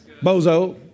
Bozo